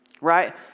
right